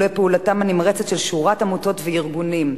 פעולתה הנמרצת של שורת עמותות וארגונים,